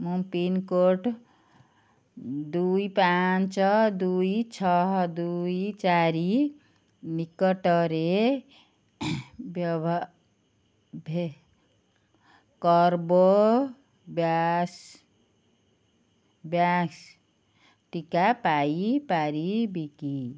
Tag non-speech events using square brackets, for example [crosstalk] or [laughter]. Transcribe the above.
ମୁଁ ପିନ୍କୋଡ଼୍ ଦୁଇ ପାଞ୍ଚ ଦୁଇ ଛଅ ଦୁଇ ଚାରି ନିକଟରେ କର୍ବୋଭ୍ୟାସ୍ [unintelligible] ଟିକା ପାଇପାରିବି କି